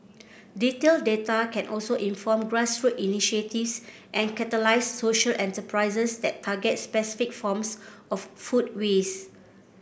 detailed data can also inform grassroots initiatives and catalyse social enterprises that target specific forms of food waste